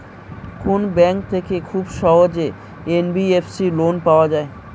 কোন ব্যাংক থেকে খুব সহজেই এন.বি.এফ.সি লোন পাওয়া যায়?